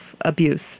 abuse